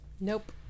nope